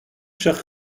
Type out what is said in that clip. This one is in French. chers